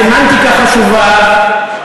הסמנטיקה חשובה.